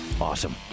Awesome